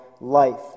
life